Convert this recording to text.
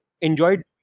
enjoyed